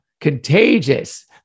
contagious